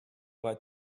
aura